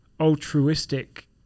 altruistic